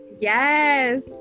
Yes